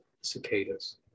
Cicadas